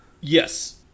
Yes